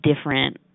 different